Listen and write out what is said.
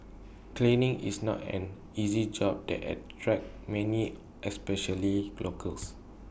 cleaning is not an easy job that attracts many especially locals